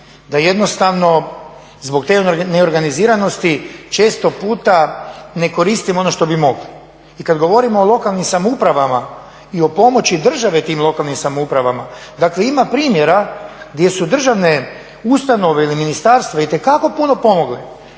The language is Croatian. da jednostavno zbog te neorganiziranosti često puta ne koristimo ono što bi mogli. I kad govorimo o lokalnim samoupravama i o pomoći države tim lokalnim samoupravama, dakle ima primjera gdje su državne ustanove ili ministarstva itekako puno pomogle.